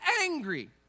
angry